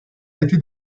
été